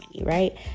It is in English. right